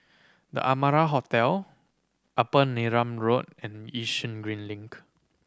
The Amara Hotel Upper Neram Road and Yishun Green Link